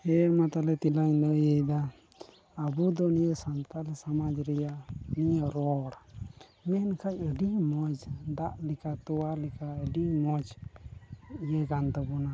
ᱦᱮᱸ ᱢᱟ ᱛᱟᱦᱚᱞᱮ ᱛᱮᱞᱟᱧ ᱞᱟᱹᱭᱮᱫᱟ ᱟᱵᱚ ᱫᱚ ᱱᱤᱭᱟᱹ ᱥᱟᱱᱛᱟᱲ ᱥᱚᱢᱟᱡᱽ ᱨᱮᱭᱟᱜ ᱱᱤᱭᱟᱹ ᱨᱚᱲ ᱢᱮᱱᱠᱷᱟᱱ ᱟᱹᱰᱤ ᱢᱚᱡᱽ ᱫᱟᱜ ᱞᱮᱠᱟ ᱛᱚᱣᱟ ᱞᱮᱠᱟ ᱟᱹᱰᱤ ᱢᱚᱡᱽ ᱤᱭᱟᱹ ᱠᱟᱱ ᱛᱟᱵᱚᱱᱟ